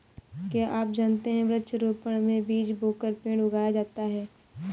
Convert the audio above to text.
क्या आप जानते है वृक्ष रोपड़ में बीज बोकर पेड़ उगाया जाता है